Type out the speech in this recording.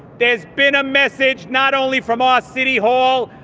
there's been a message not only from ah city hall,